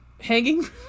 Hanging